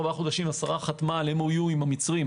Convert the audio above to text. ארבעה חודשים השרה חתמה על MOU עם המצרים,